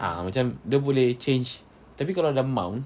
ah macam dia boleh change tapi kalau dah mount